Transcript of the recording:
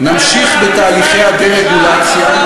נמשיך בתהליכי הדה-רגולציה,